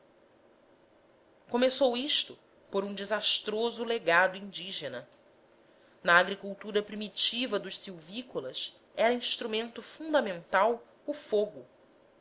começou isto por um desastroso legado indígena na agricultura primitiva dos silvícolas era instrumento fundamental o fogo